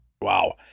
Wow